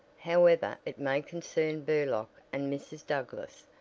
however it may concern burlock and mrs. douglass,